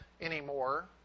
anymore